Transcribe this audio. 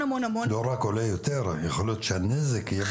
לא רק עולה יותר אלא יכול להיות שהנזק יהיה גדול יותר.